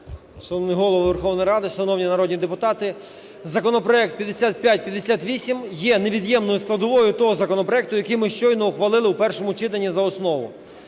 Шановний Голово Верховної Ради, шановні народні депутати! Законопроект 5558 є невід'ємною складовою того законопроекту, який ми щойно ухвалити в першому читанні за основу.